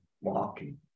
walking